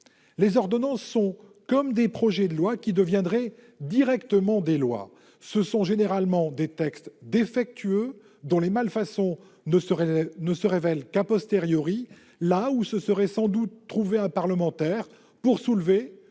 Les ordonnances [...] sont [...] comme des projets qui deviendraient directement des lois. Ce sont généralement des textes défectueux, dont les malfaçons ne se révèlent qu', là où se serait sans doute trouvé un parlementaire pour soulever,